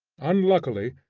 unluckily,